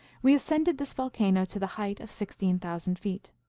we ascended this volcano to the height of sixteen thousand feet.